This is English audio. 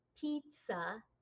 Pizza